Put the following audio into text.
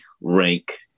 rank